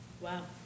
Wow